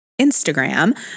Instagram